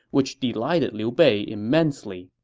which delighted liu bei immensely